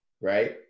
right